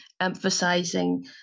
emphasizing